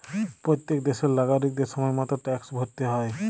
প্যত্তেক দ্যাশের লাগরিকদের সময় মত ট্যাক্সট ভ্যরতে হ্যয়